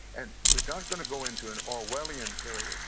and we're not going to go into an orwellian period.